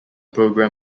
program